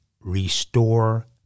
Restore